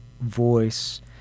voice